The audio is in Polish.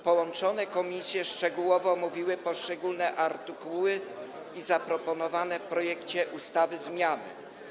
Połączone komisje szczegółowo omówiły poszczególne artykuły i zaproponowane w projekcie ustawy zmiany.